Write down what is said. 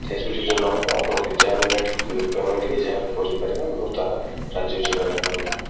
cash ବି ଯଦି ନହେବ ଆପଣ ଯାହା ବି ନେଟ୍ ପେମେଣ୍ଟ୍ କି ଯାହା ବି କରିପାରିବେ ମୁଁ ତାହା ରାଜି ଅଛି ଭାଇ ନେବାକୁ